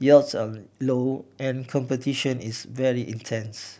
yields are low and competition is very intense